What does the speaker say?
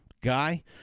guy